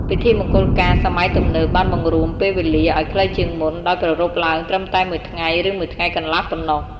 ពិធីមង្គលការសម័យទំនើបបានបង្រួមពេលវេលាឲ្យខ្លីជាងមុន ដោយប្រារព្ធឡើងត្រឹមតែមួយថ្ងៃឬមួយថ្ងៃកន្លះប៉ុណ្ណោះ។